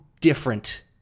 different